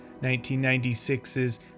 1996's